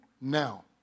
now